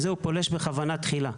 הוא פולש בכוונה תחילה.